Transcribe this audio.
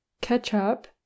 ketchup